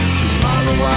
tomorrow